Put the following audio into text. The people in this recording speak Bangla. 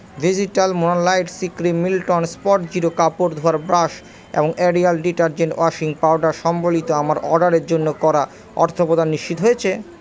vegetal moonlight C cream Milton Spotzero কাপড় ধোয়ার ব্রাশ এবং এরিয়াল ডিটারজেন্ট ওয়াশিং পাউডার সম্বলিত আমার অর্ডারের জন্য করা অর্থপ্রদান নিশ্চিত হয়েছে